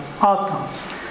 outcomes